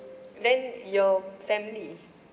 then your family